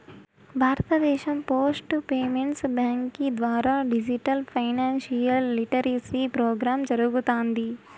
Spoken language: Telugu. భారతదేశం పోస్ట్ పేమెంట్స్ బ్యాంకీ ద్వారా డిజిటల్ ఫైనాన్షియల్ లిటరసీ ప్రోగ్రామ్ జరగతాంది